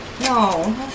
No